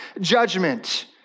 judgment